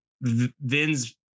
Vin's